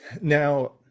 Now